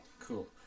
Cool